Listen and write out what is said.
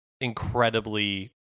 incredibly